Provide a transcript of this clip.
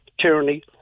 tyranny